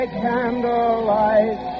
candlelight